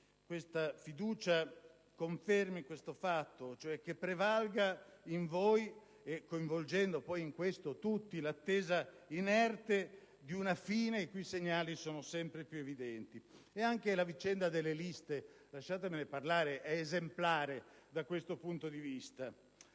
che la fiducia confermi questo fatto, cioè che prevalga in voi, coinvolgendo in questo tutti, l'attesa inerte di una fine i cui segnali sono sempre più evidenti. Anche la vicenda delle liste - lasciatemene parlare - è esemplare da questo punto di vista.